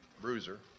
Bruiser